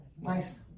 Nice